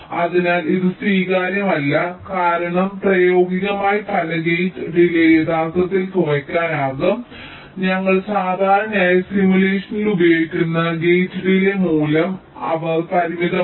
അതിനാൽ ഇത് സ്വീകാര്യമല്ല കാരണം പ്രായോഗികമായി പല ഗേറ്റ് ഡിലേയ് യഥാർത്ഥത്തിൽ കുറയ്ക്കാനാകും കാരണം ഞങ്ങൾ സാധാരണയായി സിമുലേഷനിൽ ഉപയോഗിക്കുന്ന ഗേറ്റ് ഡിലേയ് മൂല്യം അവർ പരിമിതമാണ്